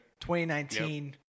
2019